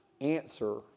answer